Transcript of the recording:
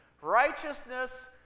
Righteousness